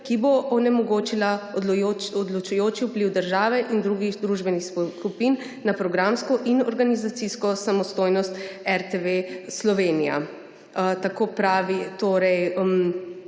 ki bo onemogočila odločujoči vpliv države in drugih družbenih skupin na programsko in organizacijsko samostojnost RTV Slovenija.« Tako pravi torej